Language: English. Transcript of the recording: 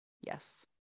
Yes